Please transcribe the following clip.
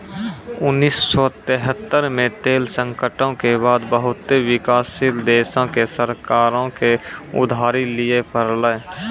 उन्नीस सौ तेहत्तर मे तेल संकटो के बाद बहुते विकासशील देशो के सरकारो के उधारी लिये पड़लै